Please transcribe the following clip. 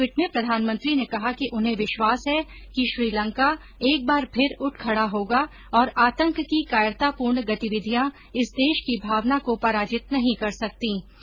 एक टवीट में प्रधानमंत्री ने कहा कि उन्हें विश्वास है कि श्रीलंका एक बार फिर उठ खड़ा होगा और आतंक की कायरतापूर्ण गतिविधियां इस देश की भावना को पराजित नहीं कर सकतीं